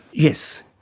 yes,